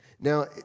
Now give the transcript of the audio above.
Now